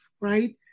right